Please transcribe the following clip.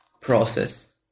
process